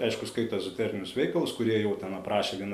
aišku skaito ezoterinius veikalus kurie jau ten aprašė vieną